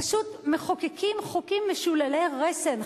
פשוט מחוקקים חוקים משוללי רסן,